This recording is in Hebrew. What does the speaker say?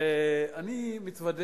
אני מתוודה